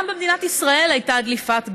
גם במדינת ישראל הייתה דליפת גז,